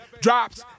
drops